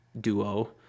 duo